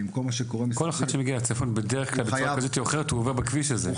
כל מי שמגיע לצפון בצורה כזו או אחרת עובר בכביש הזה.